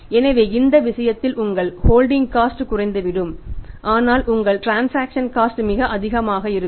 எனவே இந்த விஷயத்தில் உங்கள் ஹோல்டிங் காஸ்ட் டன் குறுக்கிடும் இடமாகும்